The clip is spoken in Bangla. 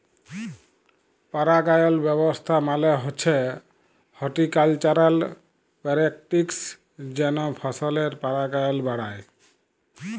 পারাগায়ল ব্যাবস্থা মালে হছে হরটিকালচারাল প্যারেকটিস যেট ফসলের পারাগায়ল বাড়ায়